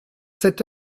sept